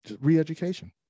re-education